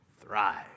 thrive